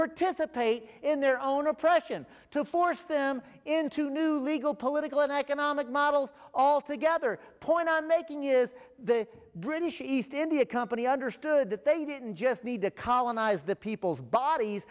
participate in their own oppression to force them into new legal political and economic models all together point i'm making is the british east india company understood that they didn't just need to colonize the people's bodies